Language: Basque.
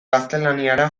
gaztelaniara